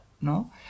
no